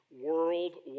Worldwide